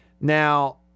Now